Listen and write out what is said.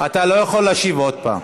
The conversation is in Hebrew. אתה לא יכול להשיב עוד פעם.